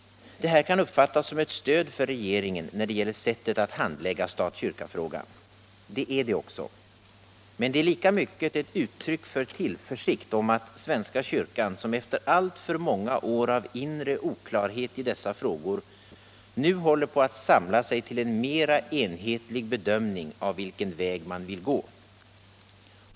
Det här kan uppfattas som ett stöd för regeringen när det gäller sättet att handlägga stat-kyrka-frågan. Det är det också, men det är lika mycket ett uttryck för tillförsikt om att svenska kyrkan efter alltför många år av inre oklarhet i dessa frågor nu håller på att samla sig till en mera enhetlig bedömning av vilken väg man vill gå.